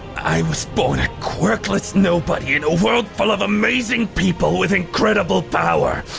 i was born a quirkless nobody in a world full of amazing people with incredible power.